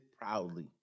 proudly